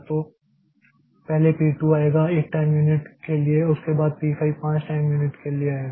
तो पहले P 2 आएगा 1 टाइम यूनिट के लिए और उसके बाद P 5 5 टाइम यूनिट के लिए आएगा